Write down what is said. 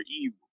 Evil